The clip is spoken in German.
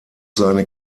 seine